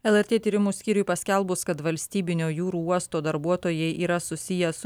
lrt tyrimų skyriui paskelbus kad valstybinio jūrų uosto darbuotojai yra susiję su